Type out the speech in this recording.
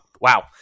wow